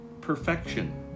perfection